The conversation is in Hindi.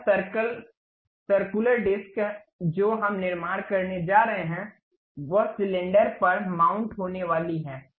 यह सर्कल सर्कुलर डिस्क जो हम निर्माण करने जा रहे हैं वह सिलेंडर पर माउंट होने वाली है